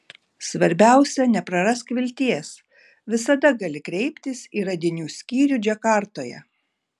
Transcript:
svarbiausia neprarask vilties visada gali kreiptis į radinių skyrių džakartoje